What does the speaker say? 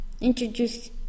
introduce